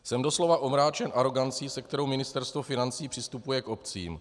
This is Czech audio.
Jsem doslova omráčen arogancí, se kterou Ministerstvo financí přistupuje k obcím.